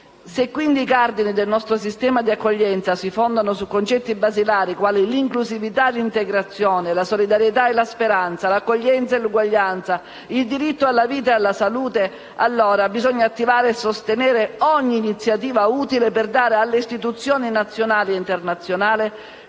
Se i cardini del nostro sistema di accoglienza si fondano quindi su concetti basilari quali l'inclusività e l'integrazione, la solidarietà e la speranza, l'accoglienza e l'uguaglianza, il diritto alla vita e alla salute, bisogna allora attivare e sostenere ogni iniziativa utile a dare alle istituzioni nazionali e internazionali